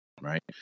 right